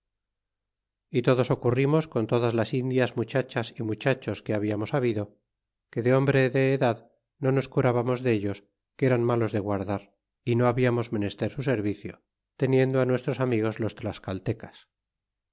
y todos ocurrirnos con todas las indias muchachas y muchachos que hablamos habido que de hombre de edad no nos curábamos dellos que eran malos de guardar y no habiamos menester su servicio teniendo nuestros amigos los tlascaltecas